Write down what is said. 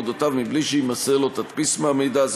אודותיו מבלי שיימסר לו תדפיס של המידע,